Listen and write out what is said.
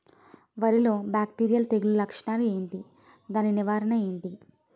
వరి లో బ్యాక్టీరియల్ తెగులు లక్షణాలు ఏంటి? దాని నివారణ ఏంటి?